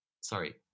sorry